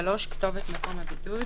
(3)כתובת מקום הבידוד".